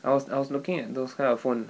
I was I was looking at those kind of one